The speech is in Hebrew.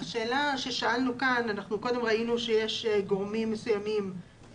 אנחנו קודם ראינו שיש גורמים מסוימים,